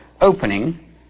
opening